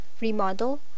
remodel